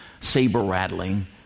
saber-rattling